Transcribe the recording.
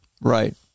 right